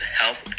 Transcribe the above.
health